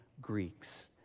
Greeks